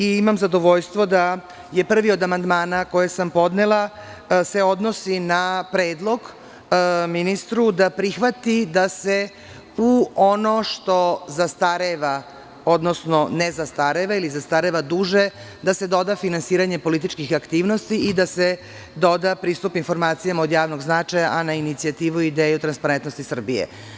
Imam zadovoljstvo da se prvi od amandmana koje sam podnela odnosi na predlog ministru da prihvati da se u ono što zastareva, odnosno ne zastareva, ili zastareva duže, da se doda finansiranje političkih aktivnosti i da se doda pristup informacijama od javnog značaja, a na inicijativu i ideju Transparentnosti Srbije.